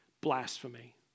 Blasphemy